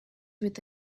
with